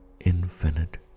infinite